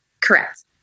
Correct